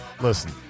Listen